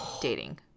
dating